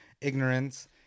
ignorance